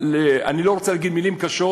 אני לא רוצה להגיד מילים קשות,